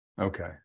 Okay